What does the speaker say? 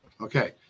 Okay